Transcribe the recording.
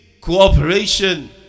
cooperation